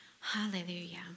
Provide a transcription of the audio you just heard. Hallelujah